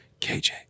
KJ